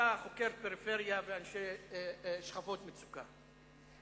אתה חוקר פריפריה ואנשי שכבות מצוקה,